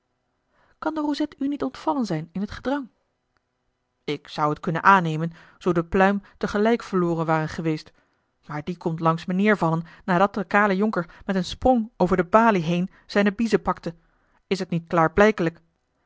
kan de rozet u niet ontvallen zijn in t gedrang ik zou t kunnen aannemen zoo de pluim tegelijk verloren ware geweest maar die komt langs me neêrvallen nadat de kale jonker met een sprong over de balie heen zijne biezen pakte is t niet klaarblijkelijk